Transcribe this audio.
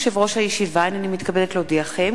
טבעי בישראל והשיבושים באספקתו מוועדת הכספים לוועדת הכלכלה,